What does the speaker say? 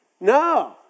No